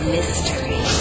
Mystery